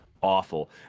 awful